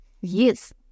Yes